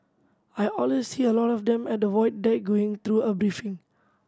I always see a lot of them at the Void Deck going through a briefing